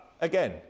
again